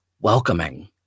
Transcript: welcoming